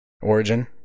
Origin